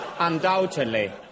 Undoubtedly